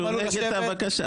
שהוא נגד הבקשה,